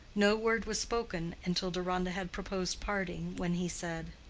no word was spoken until deronda had proposed parting, when he said,